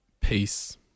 peace